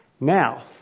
Now